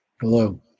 Hello